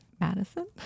Madison